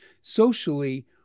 socially